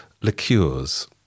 liqueurs